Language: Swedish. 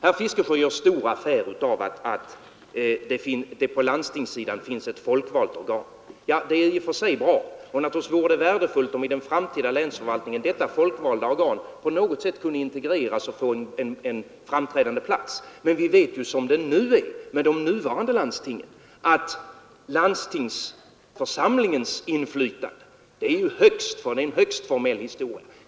Herr Fiskesjö gör stor affär av att det på landstingssidan finns ett folkvalt organ. Ja, det är i och för sig bra, och det vore naturligtvis värdefullt om i den framtida länsförvaltningen detta folkvalda organ på något sätt kunde integreras och få en framträdande plats. Men vi vet ju att inom de nuvarande landstingen är landstingsförsamlingens inflytande en högst formell historia.